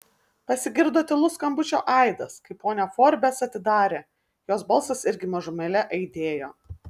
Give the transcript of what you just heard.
pasigirdo tylus skambučio aidas kai ponia forbes atidarė jos balsas irgi mažumėlę aidėjo